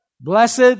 Blessed